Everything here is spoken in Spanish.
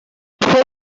fue